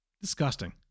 disgusting